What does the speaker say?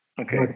Okay